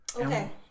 Okay